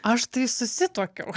aš tai susituokiau